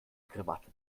krawatte